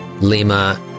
Lima